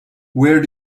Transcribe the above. where